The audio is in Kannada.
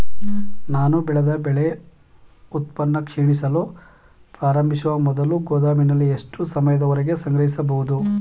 ನಾನು ಬೆಳೆದ ಬೆಳೆ ಉತ್ಪನ್ನ ಕ್ಷೀಣಿಸಲು ಪ್ರಾರಂಭಿಸುವ ಮೊದಲು ಗೋದಾಮಿನಲ್ಲಿ ಎಷ್ಟು ಸಮಯದವರೆಗೆ ಸಂಗ್ರಹಿಸಬಹುದು?